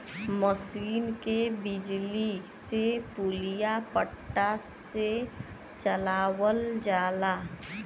मसीन के बिजली से पुलिया पट्टा से चलावल जाला